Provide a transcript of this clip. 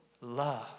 Love